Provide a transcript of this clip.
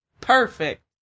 Perfect